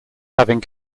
having